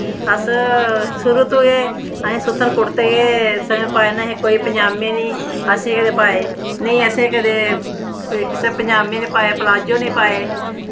अस शुरु तो गै एह् असें सुत्थन कुर्ते पाए न असें कोई पज़ामें निं असें कदें पाए नेईं असें कदें कुसै पज़ामें निं पाए पलाज्जो निं पाए